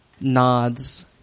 nods